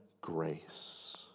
grace